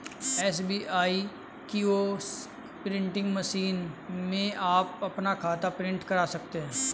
SBI kiosk printing machine में आप अपना खाता प्रिंट करा सकते हैं